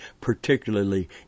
particularly